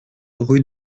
rue